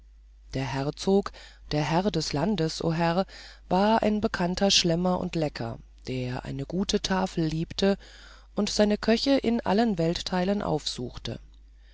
der herzog der herr des landes o herr war ein bekannter schlemmer und lecker der eine gute tafel liebte und seine köche in allen weltteilen aufsuchte